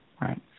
Right